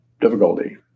difficulty